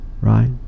right